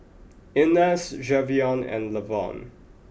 Inez Javion and Lavon